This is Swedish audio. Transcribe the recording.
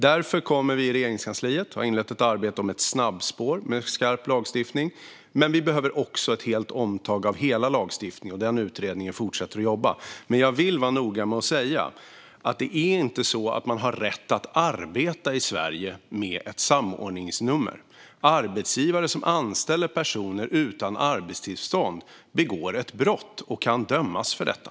Därför kommer vi i Regeringskansliet att inleda ett arbete med ett snabbspår med skarp lagstiftning. Men vi behöver också ett omtag av hela lagstiftningen, och den utredningen fortsätter att jobba. Jag vill dock vara noga med att säga att det inte är så att man har rätt att arbeta i Sverige med ett samordningsnummer. Arbetsgivare som anställer personer utan arbetstillstånd begår ett brott och kan dömas för detta.